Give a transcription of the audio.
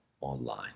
online